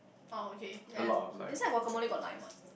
oh okay ya that's why guacamole got lime what